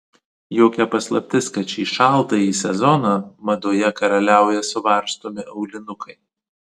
jokia paslaptis kad šį šaltąjį sezoną madoje karaliauja suvarstomi aulinukai